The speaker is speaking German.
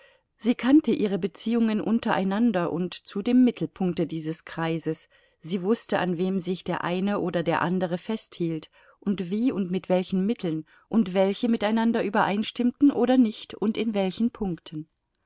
sie kannte ihre beziehungen untereinander und zu dem mittelpunkte dieses kreises sie wußte an wem sich der eine oder der andere festhielt und wie und mit welchen mitteln und welche miteinander übereinstimmten oder nicht und in welchen punkten